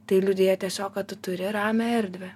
tai liudija tiesiog tu turi ramią erdvę